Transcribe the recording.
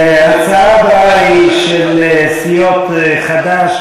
ההצעה הבאה היא של סיעות חד"ש,